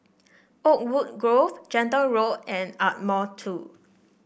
Oakwood Grove Gentle Road and Ardmore Two